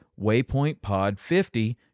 waypointpod50